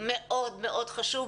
מאוד מאוד חשוב,